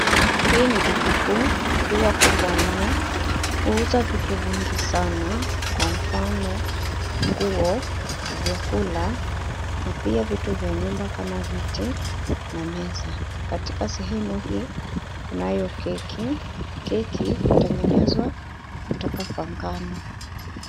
Hii ni duka kuu huwa kubwa mno, huuza vitu vingi sana, kwa mfano nguo, vyakula na pia vitu vya nyumba kama viti na na meza. Katika sehemu hii kunayo keki. Keki hutengenezwa kutoka kwa ngano.